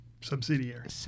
Subsidiary